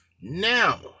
Now